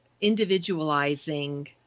individualizing